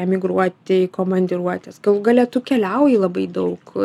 emigruoti į komandiruotes galų gale tu keliauji labai daug